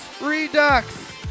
Redux